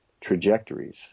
trajectories